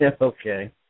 Okay